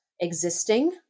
existing